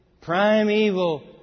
Primeval